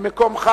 ממקומך,